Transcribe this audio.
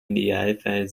idealfall